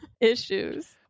issues